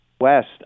West